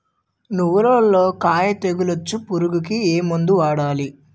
నువ్వులలో కాయ తోలుచు పురుగుకి ఏ మందు వాడాలి?